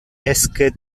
esque